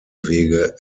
wege